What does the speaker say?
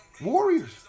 warriors